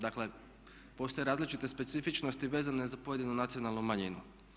Dakle postoje različite specifičnosti vezane za pojedinu nacionalnu manjinu.